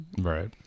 Right